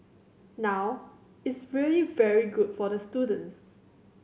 now it's really very good for the students